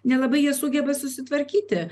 nelabai jie sugeba susitvarkyti